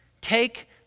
take